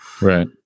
right